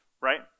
right